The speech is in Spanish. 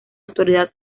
autoridad